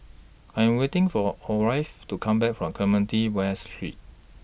I'm waiting For Orvel to Come Back from Clementi West Street